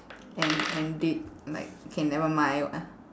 and and did like K never mind lah